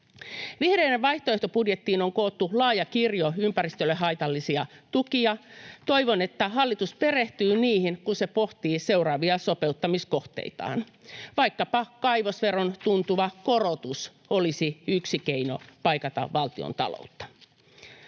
Vihreiden vaihtoehtobudjettiin on koottu laaja kirjo ympäristölle haitallisia tukia. Toivon, että hallitus perehtyy niihin, kun se pohtii seuraavia sopeuttamiskohteitaan. Vaikkapa kaivosveron tuntuva korotus olisi yksi keino paikata valtiontaloutta.